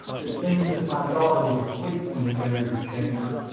it seems that my daughter was asleep when you entered her chamber,